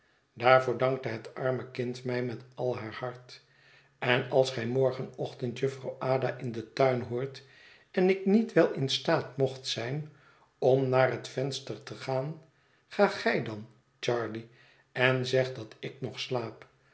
daarvoor dankte het arme kind mij met al haar hart en als gij morgenochtend jufvrouw ada in den tuin hoort en ik niet wel in staat mocht zijn om naar het venster te gaan ga gij dan charley en zeg dat ik nog slaap